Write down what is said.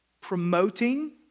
promoting